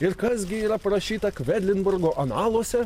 ir kas gi yra parašyta kvedlinburgo analuose